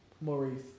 Maurice